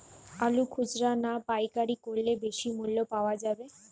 আলু খুচরা না পাইকারি করলে বেশি মূল্য পাওয়া যাবে?